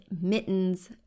mittens